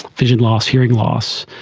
vision loss, hearing loss.